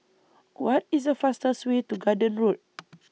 What IS The fastest Way to Garden Road